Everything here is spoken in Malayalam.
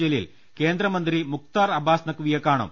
ജലീൽ കേന്ദ്രമന്ത്രി മുഖ്താർ അബ്ബാസ് നഖ്വിയെ കാണും